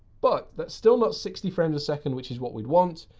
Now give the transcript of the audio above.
but that's still not sixty frames a second, which is what we'd want.